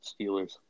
Steelers